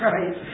Right